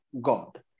God